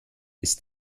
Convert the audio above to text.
ist